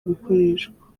gukoreshwa